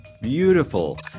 Beautiful